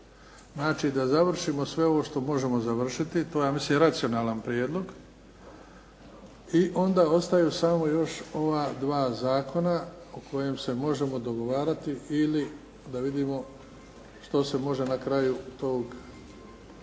Znači da završimo sve ovo što možemo završiti. To je ja mislim racionalna prijedlog i onda ostaju samo još ova dva zakona o kojem se možemo dogovarati ili da vidimo što se može na kraju tog, što